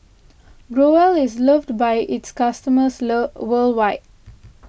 Growell is loved by its customers worldwide